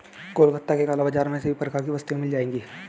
कोलकाता के काला बाजार में सभी प्रकार की वस्तुएं मिल जाएगी